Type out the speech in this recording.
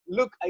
Look